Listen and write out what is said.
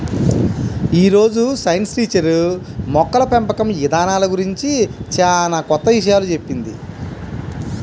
యీ రోజు science teacher మొక్కల పెంపకం ఇదానాల గురించి చానా కొత్త విషయాలు చెప్పింది